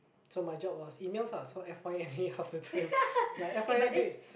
so my job was emails lah so F_Y_N_A all the time like F_Y_N_A is